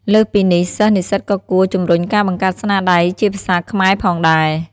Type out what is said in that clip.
លើសពីនេះ សិស្សនិស្សិតក៏គួរ ជំរុញការបង្កើតស្នាដៃជាភាសាខ្មែរ ផងដែរ។